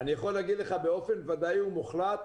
אני יכול להגיד לך באופן ודאי ומוחלט,